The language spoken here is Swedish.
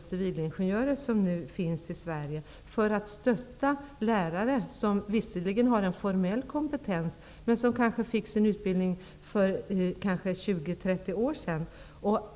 civilingenjörer i Sverige som nu är arbetslösa. De skulle kunna stötta lärare som visserligen har en formell kompetens, men som kanske fick sin utbildning för 20, 30 år sedan.